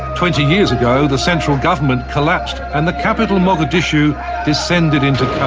twenty years ago the central government collapsed and the capital, mogadishu descended into ah